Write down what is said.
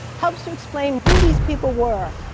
helps to explain who these people were,